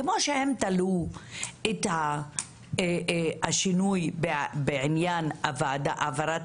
כמו שהם תלו את השינוי בעניין העברת